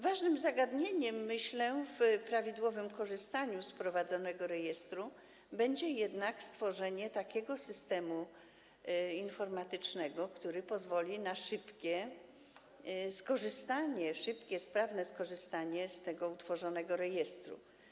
Ważnym zagadnieniem, myślę, w prawidłowym korzystaniu z prowadzonego rejestru będzie jednak stworzenie takiego systemu informatycznego, który pozwoli na szybkie, sprawne skorzystanie z utworzonego rejestru.